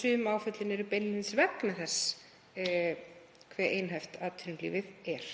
Sum áföllin eru beinlínis komin til vegna þess hve einhæft atvinnulífið er.